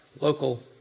local